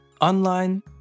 online